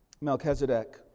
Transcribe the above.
Melchizedek